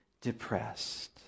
depressed